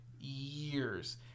years